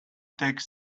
take